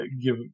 give